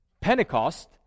Pentecost